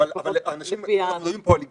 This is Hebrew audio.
אבל אנשים מדברים פה על היגיון.